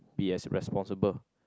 be as responsible